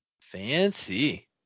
fancy